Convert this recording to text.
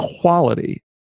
quality